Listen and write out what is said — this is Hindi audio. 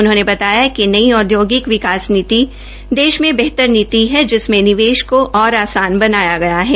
उन्होंने बताया कि नई औदयोगिक विकास नीति देश मे बेहतर नीति है जिसमें निवेश को और आसान बनाया गया है